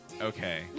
okay